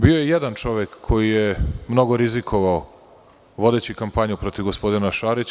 Bio je jedan čovek koji je mnogo rizikovao vodeći kampanju protiv gospodina Šarića.